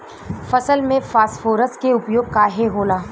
फसल में फास्फोरस के उपयोग काहे होला?